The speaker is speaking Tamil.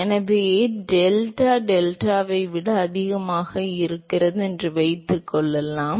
எனவே டெல்டா டெல்டாவை விட அதிகமாக இருந்தால் என்று வைத்துக்கொள்வோம்